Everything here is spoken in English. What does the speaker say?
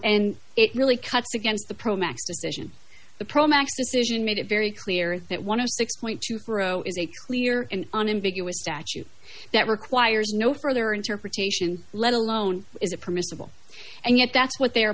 and it really cuts against the pro max position the pro max decision made it very clear that one of six twenty is a clear and unambiguous statute that requires no further interpretation let alone is a permissible and yet that's what they are